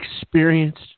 experienced